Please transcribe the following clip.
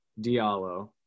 Diallo